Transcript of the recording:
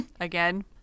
again